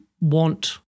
want